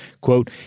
Quote